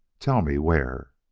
tell me where?